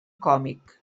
còmic